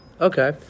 Okay